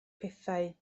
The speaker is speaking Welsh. pethau